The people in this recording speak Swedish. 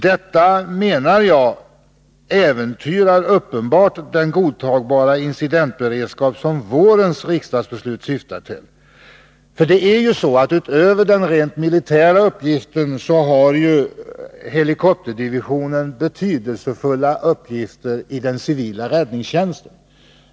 Jag menar att det uppenbarligen äventyrar den godtagbara incidentberedskap som vårens riksdagsbeslut syftar till. Utöver den rent militära uppgiften har ju helikopterdivisionen betydelsfulla funktioner i den civila räddningstjänsten.